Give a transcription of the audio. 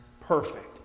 Perfect